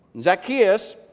Zacchaeus